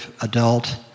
adult